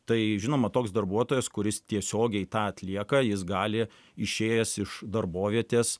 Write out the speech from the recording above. tai žinoma toks darbuotojas kuris tiesiogiai tą atlieka jis gali išėjęs iš darbovietės